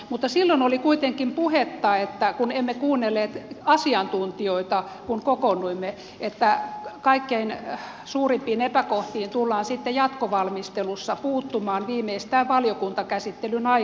mutta silloin oli kuitenkin puhetta kun emme kuunnelleet asiantuntijoita kun kokoonnuimme että kaikkein suurimpiin epäkohtiin tullaan sitten jatkovalmistelussa puuttumaan viimeistään valiokuntakäsittelyn aikana